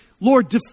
Lord